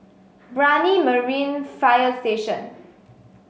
Brani Marine Fire Station